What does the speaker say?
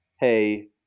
Hey